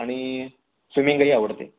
आणि स्विमिंगही आवडते